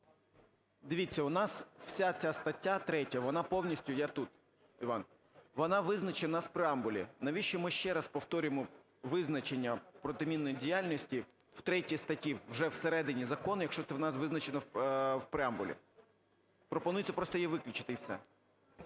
Дивіться, у нас вся ця стаття 3, вона повністю є тут, Іван. Вона визначена в преамбулі. Навіщо ми ще раз повторюємо визначення протимінної діяльності в 3 статті вже всередині закону, якщо це у нас визначено в преамбулі? Пропонується її просто виключити і все.